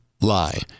lie